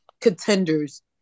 contenders